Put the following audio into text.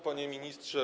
Panie Ministrze!